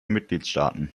mitgliedstaaten